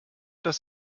dass